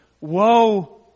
Woe